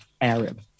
Arab